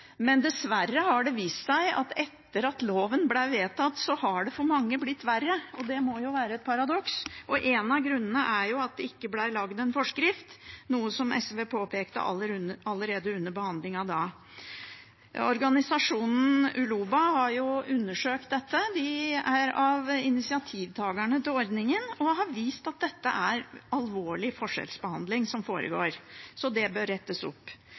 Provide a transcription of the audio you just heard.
Men det har dessverre vist seg at det har blitt verre for mange etter at loven ble vedtatt. Det må jo være et paradoks. En av grunnene er at det ikke ble laget en forskrift, noe SV påpekte allerede under behandlingen da. Organisasjonen Uloba har undersøkt dette. De er blant initiativtakerne til ordningen og har vist at det foregår alvorlig forskjellsbehandling. Det bør rettes opp.